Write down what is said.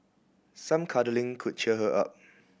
some cuddling could cheer her up